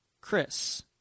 Chris